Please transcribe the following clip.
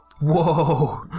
Whoa